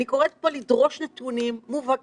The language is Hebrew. אני קוראת פה לדרוש נתונים מובהקים.